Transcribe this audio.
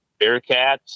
Bearcats